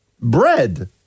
Bread